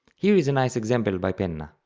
here is a nice example by penna